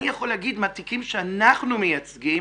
אני יכול להגיד מהתיקים שאנחנו מייצגים,